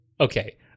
Okay